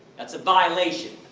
that's a violation.